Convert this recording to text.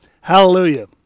Hallelujah